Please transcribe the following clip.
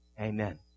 Amen